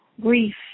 Grief